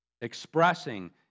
expressing